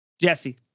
jesse